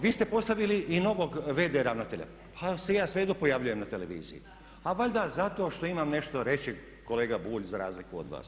Vi ste postavili i novog v.d. ravnatelja pa se ja svejedno pojavljujem na televiziji, a valjda zato što imam nešto reći kolega Bulj za razliku od vas.